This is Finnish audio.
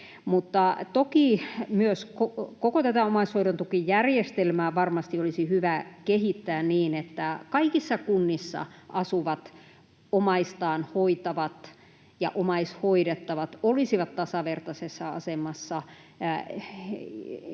toki myös koko tätä omaishoidon tukijärjestelmää varmasti olisi hyvä kehittää niin, että kaikissa kunnissa asuvat omaistaan hoitavat ja omaishoidettavat olisivat tasavertaisessa asemassa, vähän